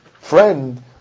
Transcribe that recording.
friend